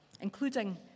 including